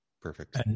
Perfect